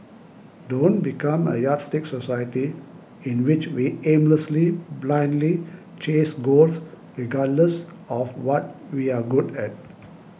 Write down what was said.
don't become a yardstick society in which we aimlessly blindly chase goals regardless of what we're good at